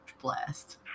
blast